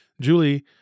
Julie